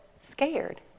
scared